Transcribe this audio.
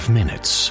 minutes